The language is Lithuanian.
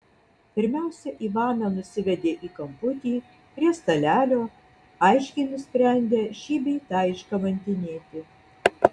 pirmiausia ivaną nusivedė į kamputį prie stalelio aiškiai nusprendę šį bei tą iškamantinėti